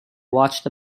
watched